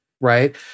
right